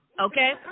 okay